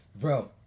Bro